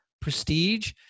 prestige